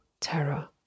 terror